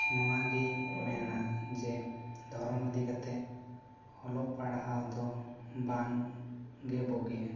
ᱱᱚᱣᱟ ᱜᱮᱧ ᱢᱮᱱᱟ ᱡᱮ ᱫᱷᱚᱨᱚᱢ ᱤᱫᱤ ᱠᱟᱛᱮ ᱚᱞᱚᱜ ᱯᱟᱲᱦᱟᱣ ᱫᱚ ᱵᱟᱝ ᱜᱮ ᱵᱩᱜᱤᱭᱟ